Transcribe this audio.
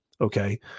okay